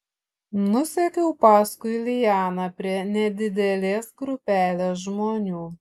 nusekiau paskui lianą prie nedidelės grupelės žmonių